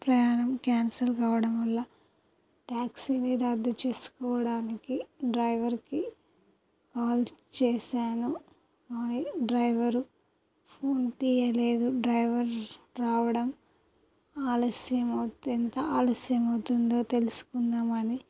ప్రయాణం క్యాన్సల్ కావడం వల్ల ట్యాక్సీని రద్దు చేసుకోవడానికి డ్రైవర్కి కాల్ చేసాను కానీ డ్రైవర్ ఫోన్ తీయలేదు డ్రైవర్ రావడం ఆలస్యం అవుతే ఎంత ఆలస్యం అవుతుందో తెలుసుకుందామని